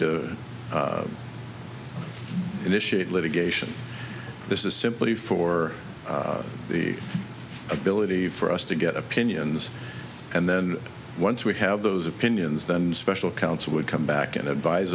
to initiate litigation this is simply for the ability for us to get opinions and then once we have those opinions then special counsel would come back and